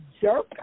jerk